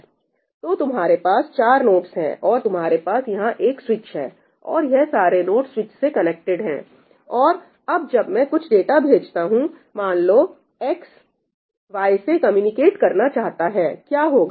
तो तुम्हारे पास 4 नोडस है और तुम्हारे पास यहां एक स्विच है और यह सारे नोड स्विच से कनेक्टेड हैं और अब जब मैं कुछ डाटा भेजता हूं मान लो x y से कम्युनिकेट करना चाहता है क्या होगा